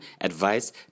advice